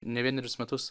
ne vienerius metus